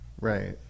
Right